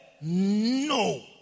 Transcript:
no